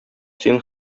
син